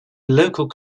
local